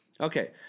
Okay